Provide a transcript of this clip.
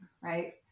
Right